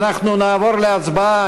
אנחנו נעבור להצבעה.